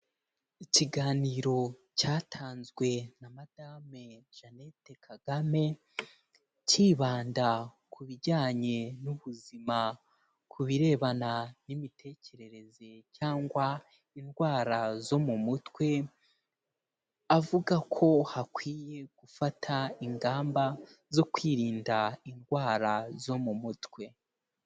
Ikiganiro cyatanzwe na Madame Jeannette Kagame, kibanda ku bijyanye n'ubuzima, ku birebana n'imitekerereze cyangwa indwara zo mu mutwe, avuga ko hakwiye gufata ingamba zo kwirinda indwara zo mu mutwe.